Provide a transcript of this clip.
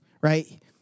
right